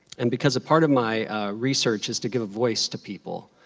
and because a part of my research is to give a voice to people,